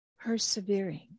persevering